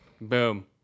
Boom